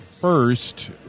first